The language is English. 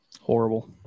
horrible